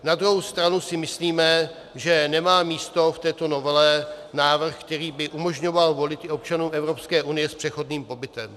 Na druhou stranu si myslíme, že nemá místo v této novele návrh, který by umožňoval volit i občanům Evropské unie s přechodným pobytem.